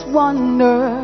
wonder